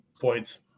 points